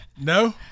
No